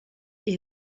est